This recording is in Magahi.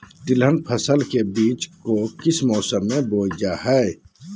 तिलहन फसल के बीज को किस मौसम में बोया जाता है?